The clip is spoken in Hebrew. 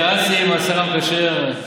התייעצתי עם השר המקשר,